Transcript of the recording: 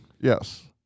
Yes